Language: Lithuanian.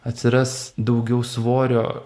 atsiras daugiau svorio